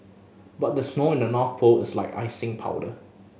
but the snow in the North Pole is like icing powder